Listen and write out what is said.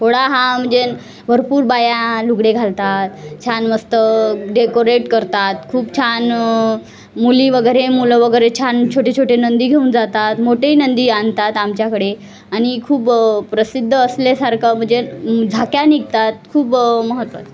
पोळा हा म्हणजे भरपूर बाया लुगडे घालतात छान मस्त डेकोरेट करतात खूप छान मुली वगैरे मुलं वगैरे छान छोटे छोटे नंदी घेऊन जातात मोठेही नंदी आणतात आमच्याकडे आणि खूप प्रसिद्ध असल्यासारखं म्हणजे झाक्या निघतात खूप महत्त्वाचं